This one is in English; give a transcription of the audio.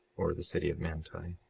or the city of manti,